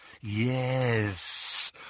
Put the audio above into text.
Yes